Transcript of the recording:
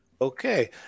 okay